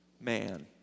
man